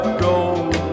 gold